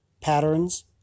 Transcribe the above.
patterns